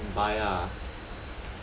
then he just buy ah